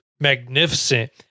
magnificent